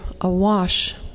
awash